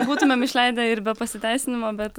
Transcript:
būtumėm išleidę ir be pasiteisinimo bet